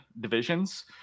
divisions